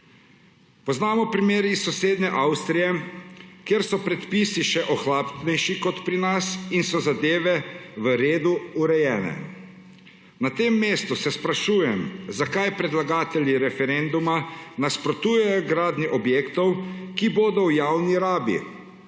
Poznamo primer iz sosednje Avstrije, kjer so predpisi še ohlapnejši kot pri nas in so zadeve v redu urejene. Na tem mestu se sprašujem, zakaj predlagatelji referenduma nasprotujejo gradnji objektov, ki bodo v javni rabi.